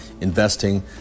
investing